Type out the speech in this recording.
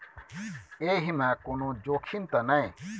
एहि मे कोनो जोखिम त नय?